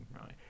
right